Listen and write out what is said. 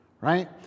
right